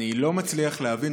אני לא מצליח להבין,